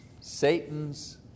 Satan's